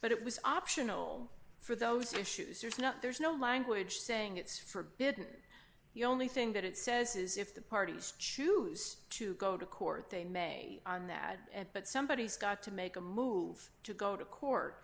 but it was optional for those issues there's no there's no language saying it's forbidden the only thing that it says is if the parties choose to go to court they may on that but somebody's got to make a move to go to court